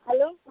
hello